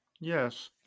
Yes